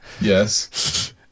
Yes